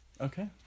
Okay